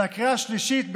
והקריאה השלישית,